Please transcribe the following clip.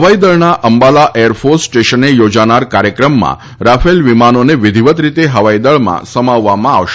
હવાઈદળના અંબાલા એરફોર્સ સ્ટેશને યોજાનાર કાર્યક્રમમાં રાફેલ વિમાનોને વિધિવત રીતે હવાઈદળમાં સમાવવામાં આવશે